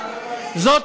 איך אתה מתעלם מההיסטוריה?